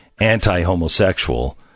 anti-homosexual